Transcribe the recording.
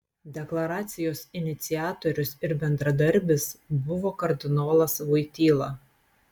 deklaracijos iniciatorius ir bendradarbis buvo kardinolas voityla